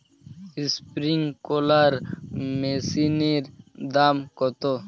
Sprinkler মেশিনের দাম কত?